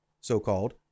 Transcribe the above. so-called